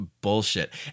bullshit